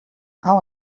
how